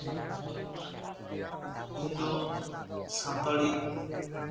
ᱤᱧ ᱫᱚ ᱥᱟᱱᱛᱟᱲᱤ